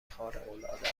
خارقالعاده